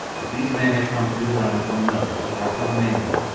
if these men had come to his island from another, or from the mainland,